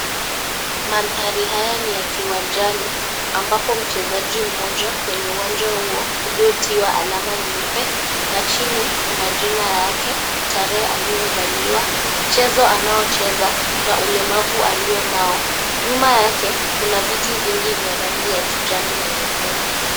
Mandhari haya ni ya kiwanjani ambapo mchezaji mmoja kwenye uwanja huo uliotiwa alama nyeupe na chini kuna jina yake , tarehe aliozaliwa ,mchezo anaocheza na ulemavu alionao nyuma yake kuna viti vingi vya rangi ya kijani na nyekundu.